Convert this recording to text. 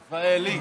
רפאלי.